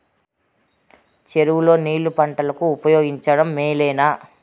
చెరువు లో నీళ్లు పంటలకు ఉపయోగించడం మేలేనా?